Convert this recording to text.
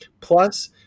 Plus